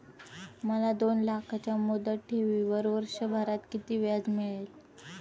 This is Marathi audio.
मला दोन लाखांच्या मुदत ठेवीवर वर्षभरात किती व्याज मिळेल?